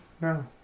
No